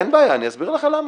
אין בעיה, אני אסביר לכם למה.